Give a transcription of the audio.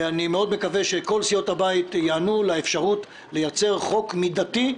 אני מאוד מקווה שכל סיעות הבית ייענו לאפשרות לייצר חוק מידתי.